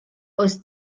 aus